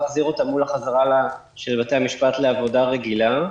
להחזיר אותה מול החזרה של בתי המשפט לעבודה רגילה.